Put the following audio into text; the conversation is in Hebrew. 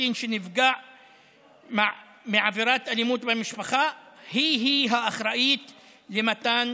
קטין שנפגע מעבירת אלימות במשפחה היא-היא האחראית למתן